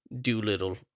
Doolittle